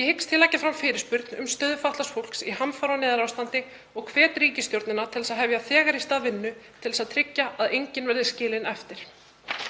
Ég hyggst leggja fram fyrirspurn um stöðu fatlaðs fólks í hamfara- og neyðarástandi og hvet ríkisstjórnina til þess að hefja þegar í stað vinnu til að tryggja að enginn verði skilinn eftir.